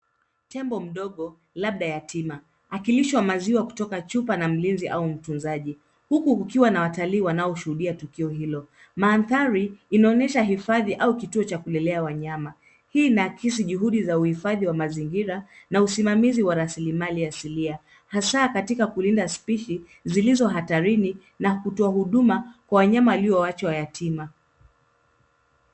Tembo mdogo labda yatima akilishwa maziwa kutoka chupa na mlinzi au mtunzaji huku kukiwa na watalii wanaoshuhudia tukio hilo. Mandhari inaonyesha hifadhi au kituo cha kulelea wanyama. Hii inakisi juhudi za uhifadhi wa mazingira na usimamizi wa rasilimali asilia hasa katika kulinda spishi zilizo hatarini na kutoa huduma kwa wanyama aliowachwa yatima.